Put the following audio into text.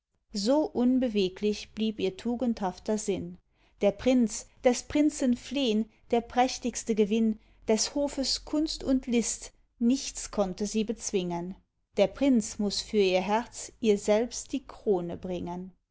so unbeweglich blieb ihr tugendhafter sinn der prinz des prinzen flehn der prächtigste gewinn des hofes kunst und list nichts konnte sie bezwingen der prinz muß für ihr herz ihr selbst die krone bringen